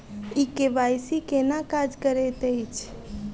ई KYC केना काज करैत अछि?